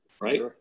right